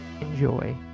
enjoy